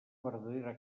verdadera